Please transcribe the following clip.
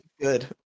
good